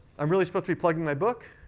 i'm really supposed to be plugging my book,